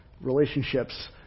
Relationships